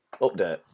update